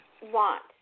want